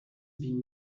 been